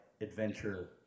adventure